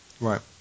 Right